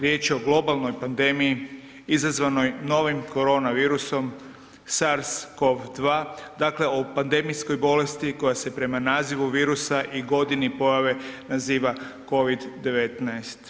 Riječ je o globalnoj pandemiji izazvanoj novim korona virusom SARS-COV-2 dakle o pandemijskoj bolesti koja se prema nazivu virusa i godini pojave naziva Covid-19.